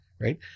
right